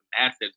assets